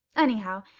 anyhow,